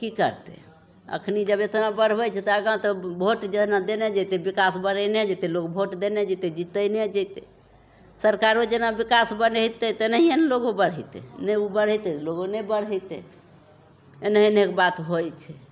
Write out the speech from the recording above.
कि करतै एखन जब एतना बढ़बै छै तऽ आगाँ तऽ भोट जेना देने जएतै विकास बढ़ेने जएतै लोक भोट देने जएतै जितेने जएतै सरकारो जेना विकास बढ़ेतै तेनाहिए ने लोको बढ़ेतै नहि ओ बढ़ेतै तऽ लोको नहि बढ़ेतै एनाहिए एनाहिए बात होइ छै